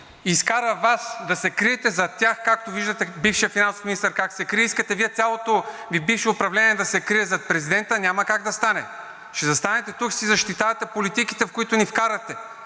изкара Вас да се криете зад тях. Като виждате бившия финансов министър как се крие, искате Вие, цялото Ви бивше управление да се крие зад президента. Няма как да стане! Ще застанете тук и ще си защитавате политиките, в които ни вкарахте,